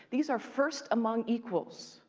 these are first among equals,